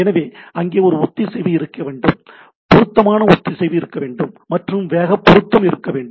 எனவே அங்கே ஒரு ஒத்திசைவு இருக்க வேண்டும் பொருத்தமான ஒத்திசைவு இருக்க வேண்டும் மற்றும் வேக பொருத்தம் இருக்க வேண்டும்